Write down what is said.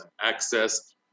access